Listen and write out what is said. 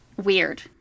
weird